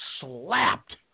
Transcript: slapped